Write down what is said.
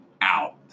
out